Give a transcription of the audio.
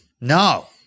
No